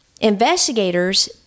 Investigators